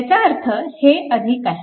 ह्याचा अर्थ हे आहे